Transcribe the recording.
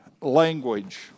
language